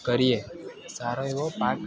કરીએ સારો એવો પાક